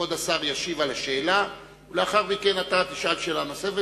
כבוד השר ישיב על השאלה ולאחר מכן אתה תשאל שאלה נוספת,